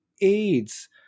AIDS